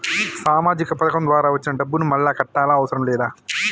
సామాజిక పథకం ద్వారా వచ్చిన డబ్బును మళ్ళా కట్టాలా అవసరం లేదా?